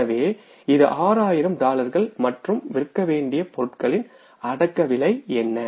எனவே இது 6000 டாலர்கள் மற்றும் விற்க வேண்டிய பொருட்களின் அடக்கவிலை என்ன